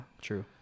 true